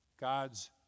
God's